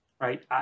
right